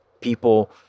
people